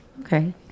Okay